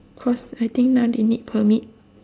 cause I think now they need permit